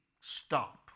stop